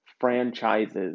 franchises